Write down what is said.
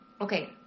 okay